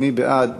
מי בעד?